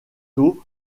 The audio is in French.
tôt